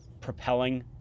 propelling